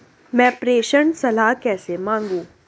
मैं प्रेषण सलाह कैसे मांगूं?